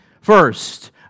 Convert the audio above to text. First